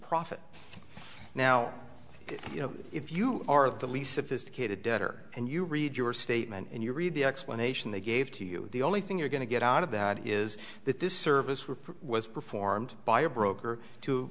profit now you know if you are the least sophisticated debtor and you read your statement and you read the explanation they gave to you the only thing you're going to get out of that is that this service where was performed by a broker to